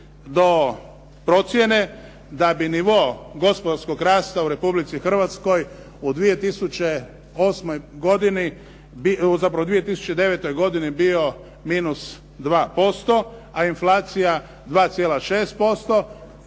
do procjene da bi nivo gospodarskog rasta u Republici Hrvatskoj u 2008. godini, zapravo u 2009. godini bio minus 2% a inflacija 2,6%.